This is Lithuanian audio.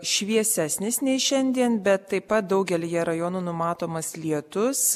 šviesesnis nei šiandien bet taip pat daugelyje rajonų numatomas lietus